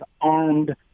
armed